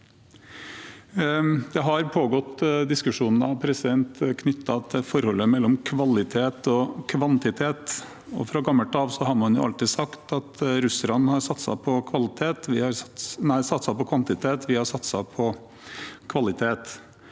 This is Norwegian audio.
diskusjoner knyttet til forholdet mellom kvalitet og kvantitet, og fra gammelt av har man alltid sagt at russerne har satset på kvantitet, og vi